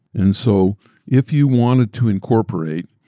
and so if you wanted to incorporate,